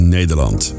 Nederland